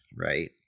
right